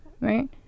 right